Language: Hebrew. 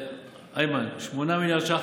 איימן, 8 מיליארד ש"ח.